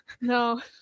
No